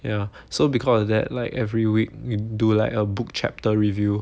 ya so because of that like every week you do like a book chapter review